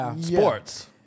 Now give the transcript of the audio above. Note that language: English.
sports